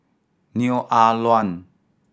Neo Ah Luan